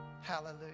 Hallelujah